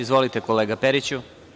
Izvolite, kolega Periću.